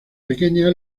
pequeña